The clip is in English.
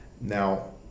Now